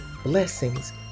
blessings